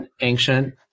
ancient